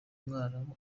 mwarabu